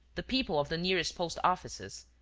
the people of the nearest post-offices,